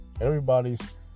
Everybody's